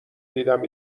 دیدم